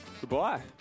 Goodbye